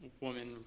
woman